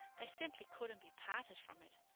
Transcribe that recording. they simply couldn't be parted from it.